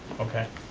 okay.